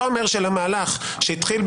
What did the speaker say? אתה אומר שלמהלך שהתחיל,